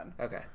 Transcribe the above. Okay